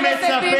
זה שוד.